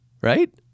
right